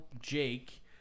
Jake